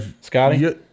Scotty